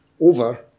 over